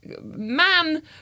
man